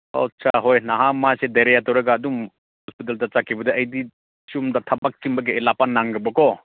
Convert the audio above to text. ꯑꯣ ꯑꯠꯆꯥ ꯅꯍꯥꯟ ꯃꯥꯁꯦ ꯗꯥꯏꯔꯤꯌꯥ ꯇꯧꯔꯒ ꯑꯗꯨꯝ ꯈꯨꯗꯛꯇ ꯆꯠꯈꯤꯕꯗꯣ ꯑꯩꯗꯤ ꯁꯣꯝꯗ ꯊꯕꯛ ꯆꯤꯟꯕꯒꯤ ꯑꯩ ꯂꯥꯛꯄ ꯅꯪꯗ꯭ꯔꯕꯀꯣ